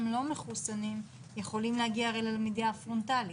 לא מחוסנים יכולים להגיע הרי ללמידה הפרונטלית,